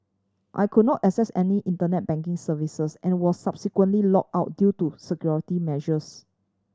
I could not access any Internet banking services and was subsequently locked out due to security measures